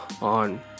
on